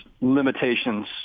limitations